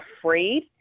afraid